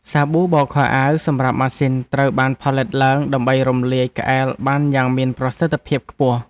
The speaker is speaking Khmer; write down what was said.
សាប៊ូបោកខោអាវសម្រាប់ម៉ាស៊ីនត្រូវបានផលិតឡើងដើម្បីរំលាយក្អែលបានយ៉ាងមានប្រសិទ្ធភាពខ្ពស់។